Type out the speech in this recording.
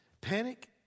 panic